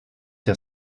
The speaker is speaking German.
der